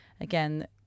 again